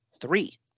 three